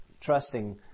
trusting